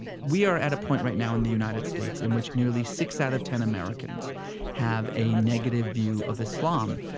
we are at a point right now in the united states in which nearly six out of ten americans have a negative view of islam.